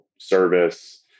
service